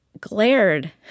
glared